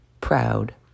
proud